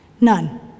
none